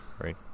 right